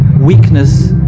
weakness